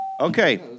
Okay